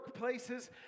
workplaces